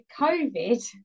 COVID